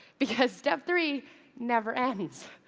because step three never ends.